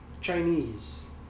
Chinese